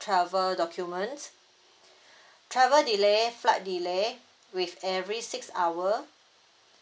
travel documents travel delay flight delay with every six hour